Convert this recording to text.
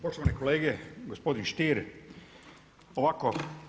Poštovani kolege, gospodin Stier ovako.